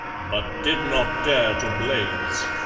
but did not dare to blaze.